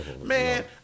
Man